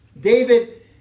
David